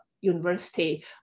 University